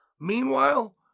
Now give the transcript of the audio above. Meanwhile